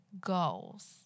goals